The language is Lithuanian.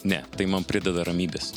ne tai man prideda ramybės